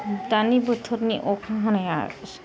दानि बोथोरनि अखा हानाया दानि बोथोरनि अखा हानाया